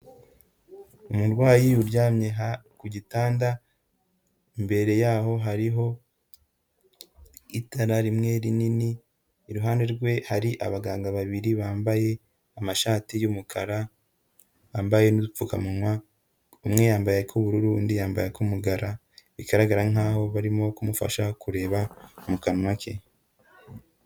Umurwayi uryamye ku gitanda, imbere yaho hariho itara rimwe rinini, iruhande rwe hari abaganga babiri bambaye amashati y'umukara, bambaye n'udupfukamunwa, umwe yambaye ako ubururu, undi yambaye ako umukara, bigaragara nkaho barimo kumufasha kureba mu kanwa ke.